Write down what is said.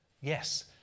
Yes